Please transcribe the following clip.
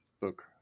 book